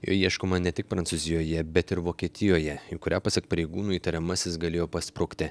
jo ieškoma ne tik prancūzijoje bet ir vokietijoje kurią pasak pareigūnų įtariamasis galėjo pasprukti